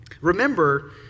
Remember